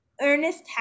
Ernest